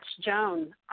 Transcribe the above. Joan